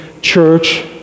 church